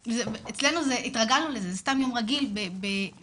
אצלנו התרגלנו לזה, זה סתם יום רגיל ביום,